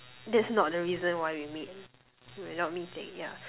that's not the reason why we meet we're not meeting yeah